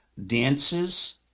dances